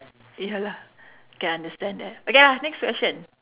ya lah can understand that okay ah next question